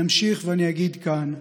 ואני אמשיך ואגיד כאן: